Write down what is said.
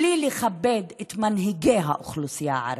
בלי לכבד את מנהיגי האוכלוסייה הערבית,